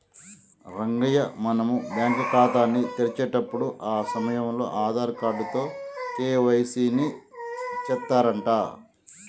రంగయ్య మనం బ్యాంకు ఖాతాని తెరిచేటప్పుడు ఆ సమయంలో ఆధార్ కార్డు తో కే.వై.సి ని సెత్తారంట